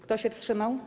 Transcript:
Kto się wstrzymał?